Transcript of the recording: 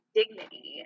dignity